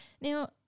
Now